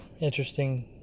interesting